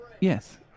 Yes